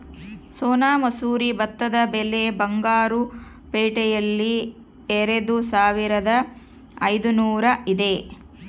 ಸೋನಾ ಮಸೂರಿ ಭತ್ತದ ಬೆಲೆ ಬಂಗಾರು ಪೇಟೆಯಲ್ಲಿ ಎರೆದುಸಾವಿರದ ಐದುನೂರು ಇದೆ